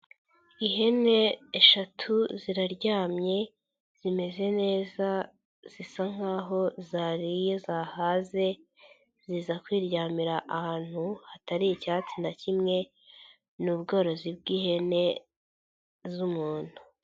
Ihene eshatu ziraryamye zimeze neza zisa nkaho zariye zahaze, ziza kwiryamira ahantu hatari icyatsi na kimwe ni ubworozi bw'ihene z'umuntu.